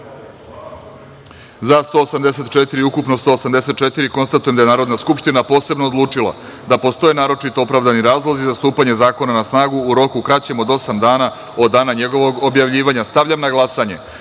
narodnih poslanika. Konstatujem da je Narodna skupština posebno odlučila da postoje naročito opravdani razlozi za stupanje zakona na snagu u roku kraćem od osam dana od dana njegovog objavljivanja. Stavljam na glasanje